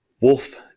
wolf